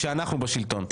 כשאנחנו בשלטון.